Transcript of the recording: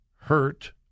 hurt